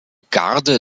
garde